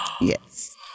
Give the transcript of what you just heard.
yes